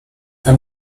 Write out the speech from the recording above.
the